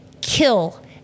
kill